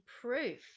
proof